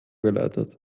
geleitet